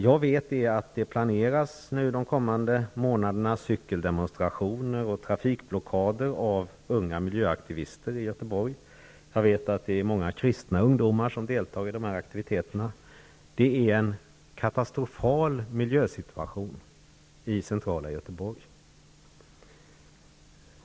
Jag vet att det under de kommande månaderna av unga miljöaktivister i Göteborg planeras cykeldemonstrationer och trafikblockader. Många kristna ungdomar kommer att delta i aktiviteterna. Det är en katastrofal miljösituation i det centrala Göteborg.